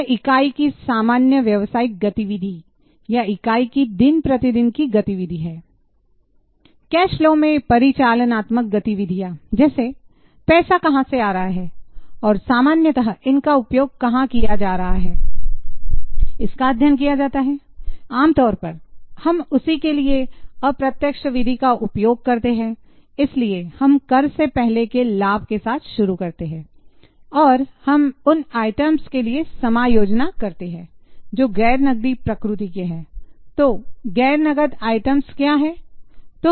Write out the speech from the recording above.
पहला वाला cash flow के लिए समायोजन आ करते हैं जो गैर नगदी प्रकृति के हैं तो गैर नगद आइटम क्या है